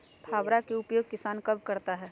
फावड़ा का उपयोग किसान कब करता है?